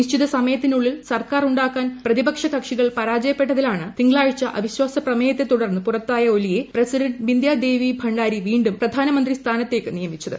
നിശ്ചിത സമയത്തിനുള്ളിൽ സർക്കാർ ഉണ്ടാക്കാൻ പ്രതിപക്ഷ കക്ഷികൾ പരാജയപ്പെട്ടതിനാലാണ് തിങ്കളാഴ്ച അവിശ്വാസ പ്രമേയത്തെ തുടർന്ന് പുറത്തായ ഒലിയെ പ്രസിഡന്റ് ബിന്ധ്യാ ദേവി ഭണ്ടാരി വീണ്ടും പ്രധാനമന്ത്രി സ്ഥാനത്തേക്ക് നിയമിച്ചത്